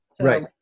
Right